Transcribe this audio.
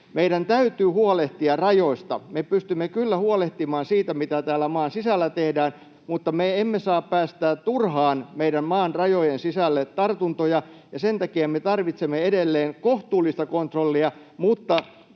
Meidän täytyy huolehtia rajoista. Me pystymme kyllä huolehtimaan siitä, mitä täällä maan sisällä tehdään, mutta me emme saa päästää turhaan meidän maan rajojen sisälle tartuntoja, ja sen takia me tarvitsemme edelleen kohtuullista kontrollia, mutta,